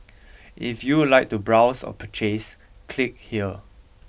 if you would like to browse or purchase click here